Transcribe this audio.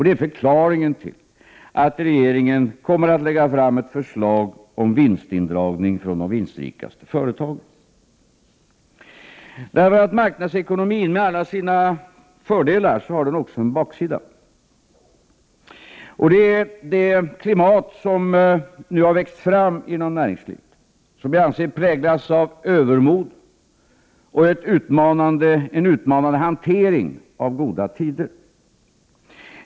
Det är förklaringen till att regeringen kommer att lägga fram ett förslag om Prot. 1988/89:59 vinstindragning från de vinstrikaste företagen. 1 februari 1989 Marknadsekonomin med alla sina fördelar har också en baksida, och det är det klimat som nu har uppstått inom näringslivet och som, anser jag, präglas av övermod och en utmanande hantering av goda tider.